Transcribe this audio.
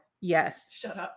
Yes